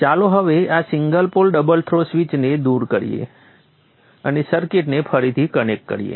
ચાલો હવે આ સિંગલ પોલ ડબલ થ્રો સ્વિચને દૂર કરીએ અને સર્કિટને ફરીથી કનેક્ટ કરીએ